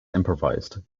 improvised